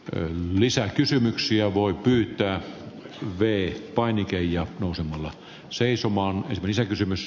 ei lisää kysymyksiä voi pyytää oli vain keijo nousemalla seisomaan visakysymys